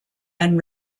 and